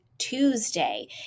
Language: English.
Tuesday